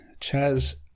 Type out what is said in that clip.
Chaz